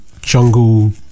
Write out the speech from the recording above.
Jungle